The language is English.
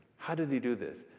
how did he do this?